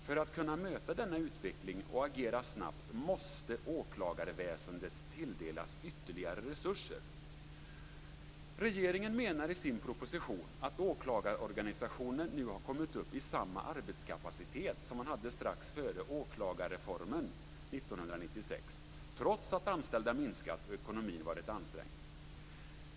För att kunna möta denna utveckling och agera snabbt måste åklagarväsendet tilldelas ytterligare resurser. Regeringen menar i sin proposition att åklagarorganisationen nu har kommit upp i samma arbetskapacitet som man hade strax före åklagarreformen 1996, detta trots att antalet anställda minskat och att ekonomin har varit ansträngd.